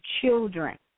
children